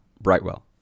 Brightwell